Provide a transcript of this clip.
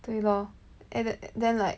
对 lor and the~ then like